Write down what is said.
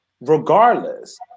regardless